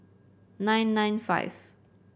nine nine five